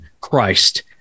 christ